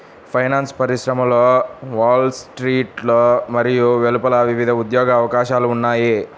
finance పరిశ్రమలో Wall స్ట్రీట్లో మరియు వెలుపల వివిధ ఉద్యోగ అవకాశాలు ఉన్నాయి